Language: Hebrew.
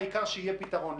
העיקר שיהיה פתרון.